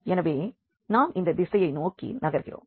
எனவே நாம் இந்த திசையை நோக்கி நகர்கிறோம்